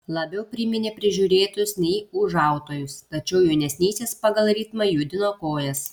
labiau priminė prižiūrėtojus nei ūžautojus tačiau jaunesnysis pagal ritmą judino kojas